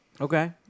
Okay